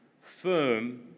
firm